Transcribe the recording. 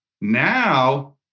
Now